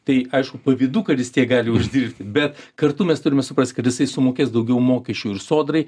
tai aišku pavydu kad jis tiek gali uždirbti bet kartu mes turime suprast kad jisai sumokės daugiau mokesčių ir sodrai